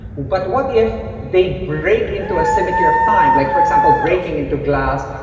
but what if they break into a symmetry of time, like for example, breaking into glass.